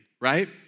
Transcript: right